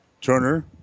Turner